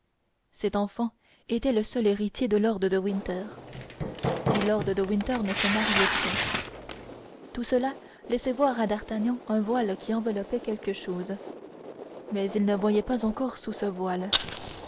cet enfant était le seul héritier de lord de winter si lord de